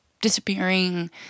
disappearing